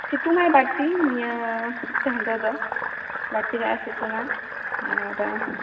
ᱥᱤᱛᱩᱝ ᱟᱭ ᱵᱟᱹᱲᱛᱤ ᱱᱤᱭᱟᱹ ᱪᱟᱸᱫᱳ ᱫᱚ ᱵᱟᱹᱲᱛᱤ ᱧᱚᱜ ᱮ ᱥᱤᱛᱩᱝᱼᱟ ᱟᱨ